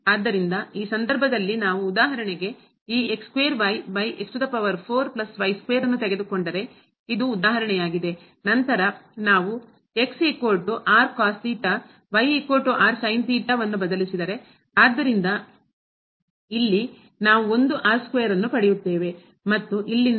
ಆದ್ದರಿಂದ ಈ ಸಂದರ್ಭದಲ್ಲಿ ನಾವು ಉದಾಹರಣೆಗೆ ಈ ಇದು ಉದಾಹರಣೆಯಾಗಿದೆ ನಂತರ ನಾವು ಬದಲಿಸಿದರೆ ಆದ್ದರಿಂದ ಇಲ್ಲಿ ನಾವು ಒಂದು ಅನ್ನು ಪಡೆಯುತ್ತೇವೆ ಮತ್ತು ಇಲ್ಲಿಂದ